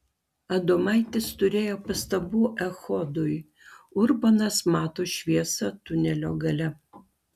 adomaitis turėjo pastabų echodui urbonas mato šviesą tunelio gale